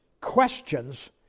questions